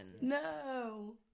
No